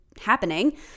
happening